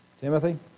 Timothy